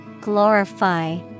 Glorify